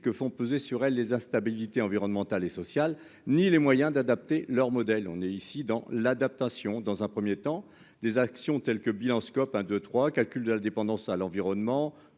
que font peser sur elle les instabilités environnemental et social, ni les moyens d'adapter leur modèle, on est ici dans l'adaptation dans un 1er temps des actions telles que bilan scope 1 2 3, calcul de la dépendance à l'environnement